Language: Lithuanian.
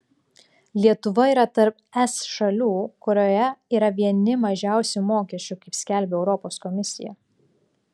lietuva yra tarp es šalių kurioje yra vieni mažiausių mokesčių kaip skelbia europos komisija